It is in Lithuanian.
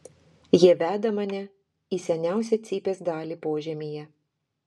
jie veda mane į seniausią cypės dalį požemyje